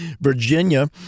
Virginia